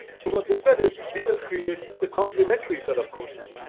so what they said is, we will create the complimentary set of courses.